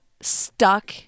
stuck